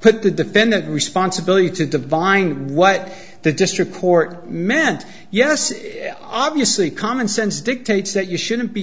put the defendant responsibility to divine what the district court meant yes obviously common sense dictates that you shouldn't be